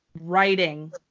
writing